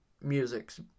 musics